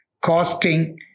costing